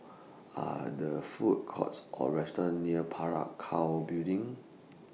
Are The Food Courts Or restaurants near Parakou Building